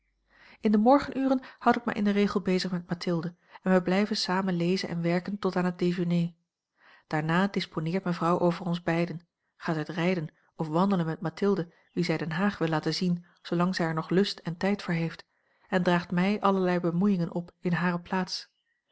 in de morgenuren houd ik mij in den regel bezig met mathilde en wij blijven samen lezen en werken tot aan het déjeuner daarna disponeert mevrouw over ons beiden gaat uit rijden of wandelen met mathilde wie zij den haag wil laten zien zoolang zij er nog lust en tijd voor heeft en draagt mij allerlei bemoeiingen op in hare plaats